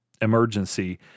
Emergency